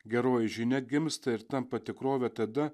geroji žinia atgimsta ir tampa tikrove tada